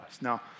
Now